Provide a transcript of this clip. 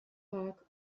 park